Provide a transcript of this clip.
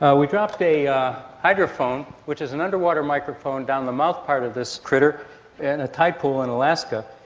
ah we dropped a a hydrophone, which is an underwater microphone, down the mouth part of this critter in a tidepool in alaska,